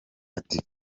ati